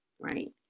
Right